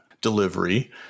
delivery